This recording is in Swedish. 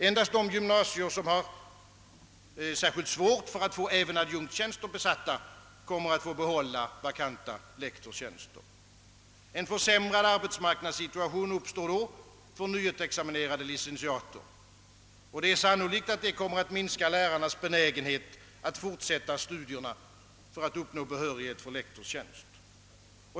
Endast de gymnasier, som har särskilt svårt att få även adjunktstjänster besatta, kommer att få behålla vakanta lektorstjänster. En försämrad arbetsmarknadssituation uppstår därmed för nyexaminerade licentiater och sannolikt kommer det att minska lärarnas benägenhet att fortsätta studierna för att uppnå behörighet för lektorstjänst.